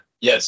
Yes